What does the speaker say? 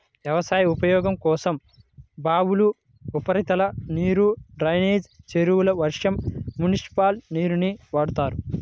వ్యవసాయ ఉపయోగం కోసం బావులు, ఉపరితల నీరు, డ్రైనేజీ చెరువులు, వర్షం, మునిసిపల్ నీరుని వాడతారు